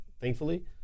Thankfully